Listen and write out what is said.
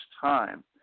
time